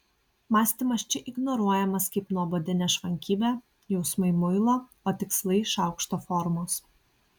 mąstymas čia ignoruojamas kaip nuobodi nešvankybė jausmai muilo o tikslai šaukšto formos